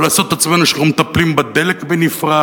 ולעשות את עצמנו שאנחנו מטפלים בדלק בנפרד,